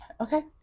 okay